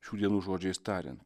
šių dienų žodžiais tariant